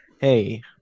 Hey